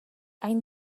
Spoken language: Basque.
hain